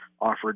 offered